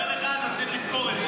אומר לך שאתה צריך לזכור את זה.